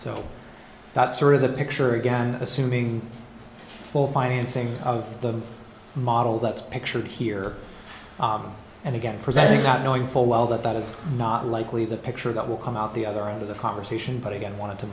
so that's sort of the picture again assuming full financing of the model that's pictured here and again presenting not knowing full well that that is not likely the picture that will come out the other end of the conversation but again i want